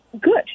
good